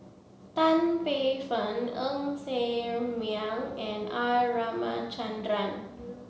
Tan Paey Fern Ng Ser Miang and R Ramachandran